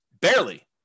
barely